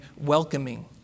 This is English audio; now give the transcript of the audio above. welcoming